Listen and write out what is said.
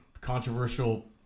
controversial